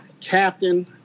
captain